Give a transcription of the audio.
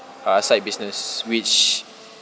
uh side business which